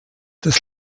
des